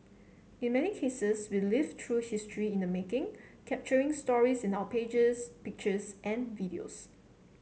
in many cases we live through history in the making capturing stories in our pages pictures and videos